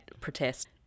protest